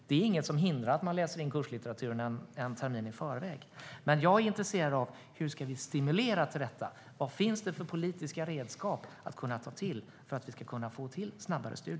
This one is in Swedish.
Det är inget som hindrar att man läser in kurslitteraturen en termin i förväg. Men jag är intresserad av hur vi ska stimulera snabbare studier. Vad finns det för politiska redskap att ta till för att få till detta?